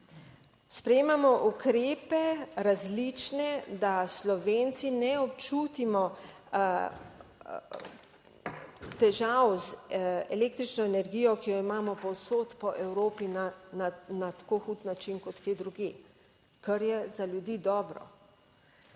Sprejemamo ukrepe, različne, da Slovenci ne občutimo težav z električno energijo, ki jo imamo povsod po Evropi na tako hud način, kot kje drugje, kar je za ljudi dobro.